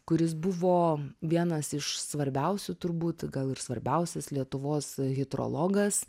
kuris buvo vienas iš svarbiausių turbūt gal ir svarbiausias lietuvos hidrologas